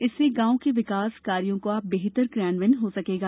इससे ग्राम में विकास कार्यों का बेहतर क्रियान्वयन हो सकेगा